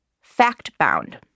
fact-bound